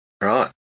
Right